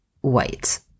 white